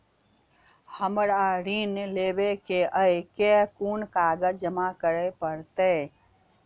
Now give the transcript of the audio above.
हमरा ऋण लेबै केँ अई केँ कुन कागज जमा करे पड़तै?